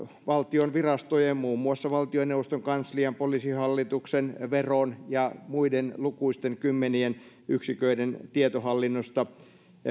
valtion virastojen muun muassa valtioneuvoston kanslian poliisihallituksen veron ja muiden lukuisten kymmenien yksiköiden tietohallinnosta